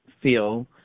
feel